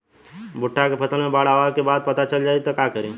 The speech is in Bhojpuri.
भुट्टा के फसल मे बाढ़ आवा के बाद चल जाई त का करी?